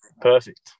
perfect